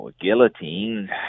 guillotine